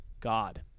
God